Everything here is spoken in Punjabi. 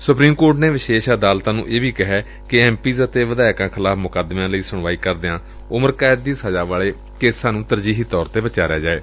ਸੁਪਰੀਮ ਕੋਰਟ ਨੇ ਵਿਸ਼ੇਸ਼ ਅਦਾਲਤਾਂ ਨੂੰ ਇਹ ਵੀ ਕਿਹੈ ਐਮ ਪੀਜ਼ ਅਤੇ ਵਿਧਾਇਕਾਂ ਖਿਲਾਫ਼ ਮੁਕੱਦਮਿਆਂ ਦੀ ਸੁਣਵਾਈ ਕਰਦਿਆਂ ਉਮਰ ਕੈਦ ਦੀ ਸਜ਼ਾ ਵਾਲੇ ਕੇਸਾਂ ਨੂੰ ਤਰਜੀਹੀ ਤੌਰ ਤੇ ਵਿਚਾਰਿਆ ਜਾਏ